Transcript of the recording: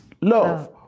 love